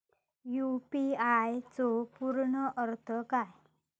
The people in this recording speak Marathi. यू.पी.आय चो पूर्ण अर्थ काय?